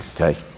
okay